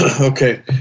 Okay